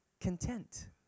content